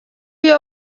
iyo